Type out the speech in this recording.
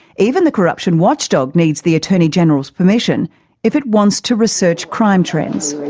even the corruption watchdog needs the attorney-general's permission if it wants to research crime trends.